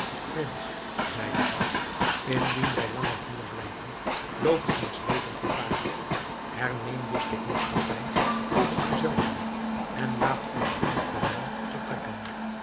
prins zeide hij indien wij langer hier blijven loopt ons leven gevaar herneem dus de heerschappij over u zelven en laat ons zonder verwijl vertrekken